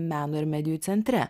meno ir medijų centre